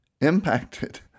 impacted